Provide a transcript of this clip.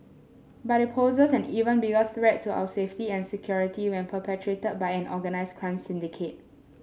but it poses an even bigger threat to our safety and security when perpetrated by an organised crime syndicate